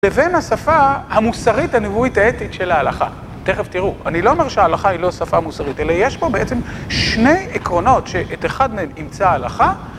לבין השפה המוסרית הנבואית האתית של ההלכה. תכף תראו, אני לא אומר שההלכה היא לא שפה מוסרית, אלא יש פה בעצם שני עקרונות שאת אחד מהן אימצה הלכה.